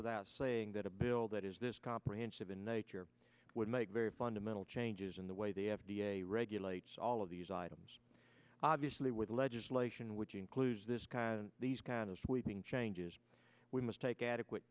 without saying that a bill that is this comprehensive in nature would make very fundamental changes in the way the f d a regulates all of these items obviously with legislation which includes this kind of these kind of sweeping changes we must take adequate